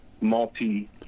multi